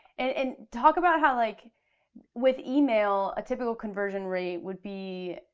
and talk about how like with email a typical conversion rate would be,